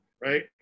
right